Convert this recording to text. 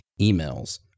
emails